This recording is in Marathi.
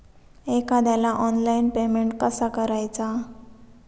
एखाद्याला ऑनलाइन पेमेंट कसा करायचा?